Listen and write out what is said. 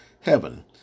heaven